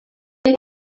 you